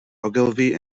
ogilvy